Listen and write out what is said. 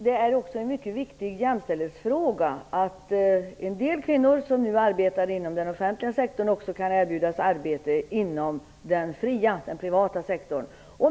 Det är också en mycket viktig jämställdhetsfråga att en del kvinnor som nu arbetar inom den offentliga sektorn också kan erbjudas arbete inom den fria, privata sektorn.